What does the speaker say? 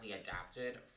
adapted